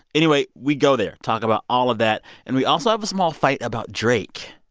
anyway, we go there, talk about all of that. and we also have a small fight about drake.